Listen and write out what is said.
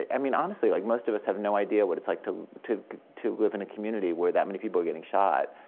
i mean honestly, like most of us have no idea what it's like to to live in a community where that many people are getting shot.